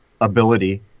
ability